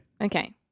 Okay